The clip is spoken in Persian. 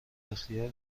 اختیار